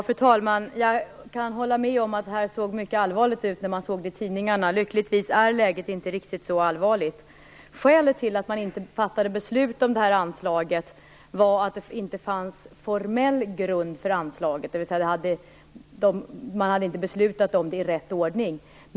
Fru talman! Jag kan hålla med om att det här såg mycket allvarligt ut när man såg det i tidningarna. Lyckligtvis är läget inte riktigt så allvarligt. Skälet till att man inte fattade beslut om det här anslaget var att det inte fanns formell grund för anslaget, dvs. man hade inte beslutat om det i rätt ordning.